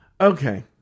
Okay